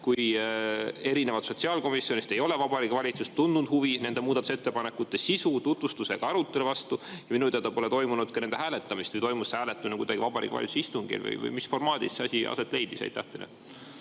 kui erinevalt sotsiaalkomisjonist ei ole Vabariigi Valitsus tundnud huvi nende muudatusettepanekute sisu, tutvustuse ega arutelu vastu ja minu teada pole toimunud ka nende hääletamist. Või toimus hääletamine Vabariigi Valitsuse istungil või mis formaadis asi aset leidis? Jaa,